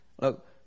Look